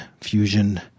fusion